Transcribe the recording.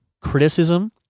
criticism